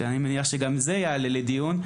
ואני מניח שזה גם נושא שיעלה לדיון,